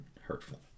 hurtful